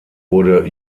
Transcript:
wurde